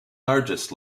largest